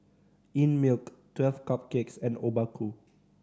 Einmilk Twelve Cupcakes and Obaku